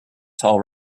tall